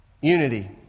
unity